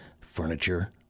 furniture